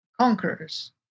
conquerors